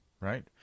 Right